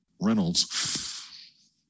Reynolds